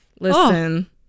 Listen